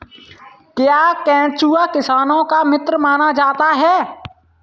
क्या केंचुआ किसानों का मित्र माना जाता है?